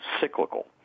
cyclical